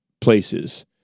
places